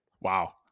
Wow